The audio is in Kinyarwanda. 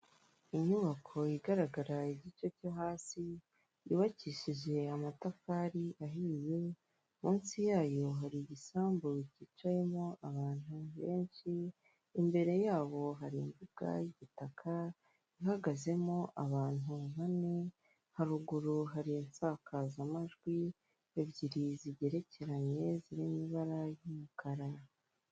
Inyubako igaragara igice cyo hasi yubakishije amatafari ahiye munsi yayo hari igisambu cyicayemo abantu benshi imbere yabo hari imbuga y'igitaka ihagazemo abantu bane haruguru hari insakazamajwi ebyiri zigerekeranye zirimo ibara y'umukara.